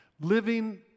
living